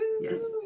yes